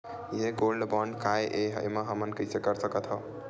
ये gold bond काय ए एमा हमन कइसे कर सकत हव?